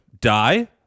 die